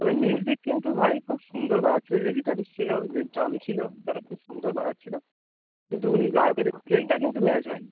তবে মিউসিক কিন্তু ভাই খুব সুন্দর বাজাচ্ছিলো যে গিটারিস্ট ছিলো যে ড্রাম ছিলো তারা খুব সুন্দর বাজাচ্ছিলো কিন্তু উনি গায়কের স্কেলটা কিন্তু ম্যা চ হয় নি